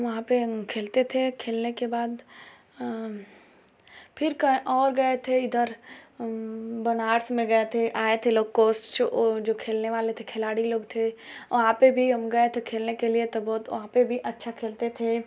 वहाँ पर हम खेलते थे खेलने के बाद फिर कहीं और गए थे इधर बनारस में गए थे आए थे लोग कोच जो वो जो खेलने वाले थे खेलाड़ी लोग थे वहाँ पर भी हम गए थे खेलने के लिए तो बहुत वहाँ पर भी अच्छा खेलते थे